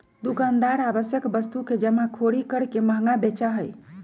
दुकानदार आवश्यक वस्तु के जमाखोरी करके महंगा बेचा हई